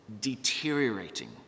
deteriorating